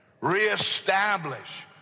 reestablish